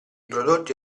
prodotti